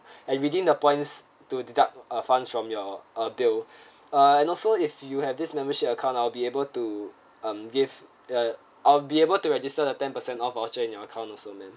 and redeem the points to deduct uh funds from your uh bill ah and also if you have this membership account I'll be able to um give uh I'll be able to register the ten percent off voucher in your account also ma'am